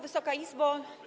Wysoka Izbo!